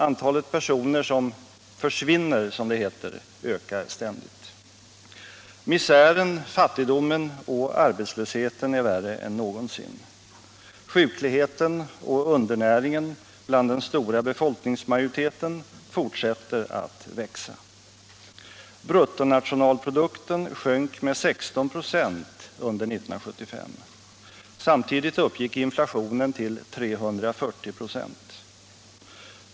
Antalet personer som ”försvinner” ökar ständigt. Misären, fattigdomen och arbetslösheten är värre än någonsin. Sjukligheten och undernäringen bland den stora befolkningsmajoriteten fortsätter att växa. Bruttonationalprodukten sjönk med 16 96 under 1975. Samtidigt uppgick inflationen till 340 96.